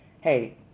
hey